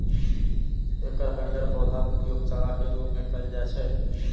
एकर हरियर पौधाक उपयोग चारा के रूप मे कैल जाइ छै